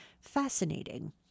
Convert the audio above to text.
fascinating